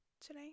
today